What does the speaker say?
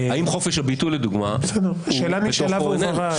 האם חופש הביטוי לדוגמה --- השאלה נשאלה והובהרה.